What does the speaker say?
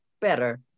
better